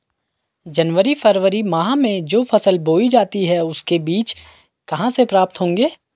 जनवरी फरवरी माह में जो फसल बोई जाती है उसके बीज कहाँ से प्राप्त होंगे?